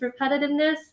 repetitiveness